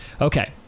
Okay